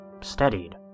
steadied